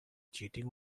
cheating